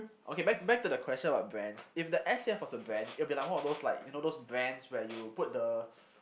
okay back back to the question about brands if the S here was a brand it will be like one of those like you know those brands where you put the